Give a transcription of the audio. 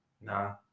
nah